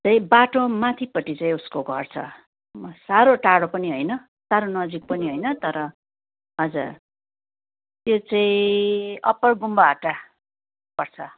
चाहिँ बाटो माथिपट्टि चाहिँ उसको घर छ साह्रो टाढो पनि होइन साह्रो नजिक पनि होइन तर हजुर त्यो चाहिँ अप्पर गुम्बाहट्टा पर्छ